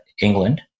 England